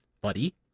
buddy